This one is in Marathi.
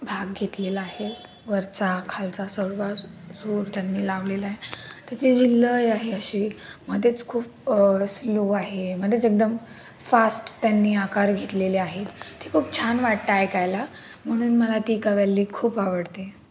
भाग घेतलेला आहे वरचा खालचा सर्व सूर त्यांनी लावलेला आहे त्याची जी लय आहे अशी मध्येच खूप स्लो आहे मध्येच एकदम फास्ट त्यांनी आकार घेतलेले आहेत ते खूप छान वाटतं ऐकायला म्हणून मला ती कवाली खूप आवडते